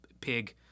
pig